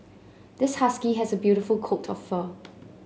this husky has a beautiful coat of fur